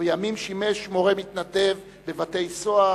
ובימים שימש מורה מתנדב בבתי-סוהר,